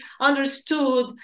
understood